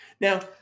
Now